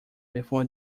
before